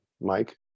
Mike